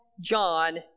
John